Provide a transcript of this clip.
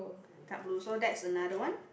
dark blue so that's another one